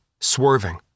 swerving